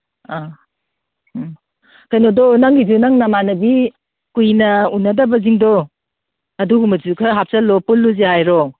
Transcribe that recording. ꯑ ꯎꯝ ꯀꯩꯅꯣꯗꯣ ꯅꯪꯒꯤꯁꯨ ꯅꯪ ꯅꯃꯥꯟꯅꯕꯤ ꯀꯨꯏꯅ ꯎꯅꯗꯕꯁꯤꯡꯗꯣ ꯑꯗꯨꯒꯨꯝꯕꯗꯨꯁꯨ ꯈꯔ ꯍꯥꯞꯆꯜꯂꯣ ꯄꯨꯜꯂꯨꯁꯤ ꯍꯥꯏꯔꯣ